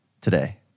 today